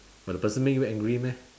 but the person make you angry meh